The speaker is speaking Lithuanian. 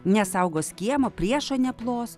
nesaugos kiemo priešo neaplos